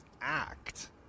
act